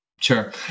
sure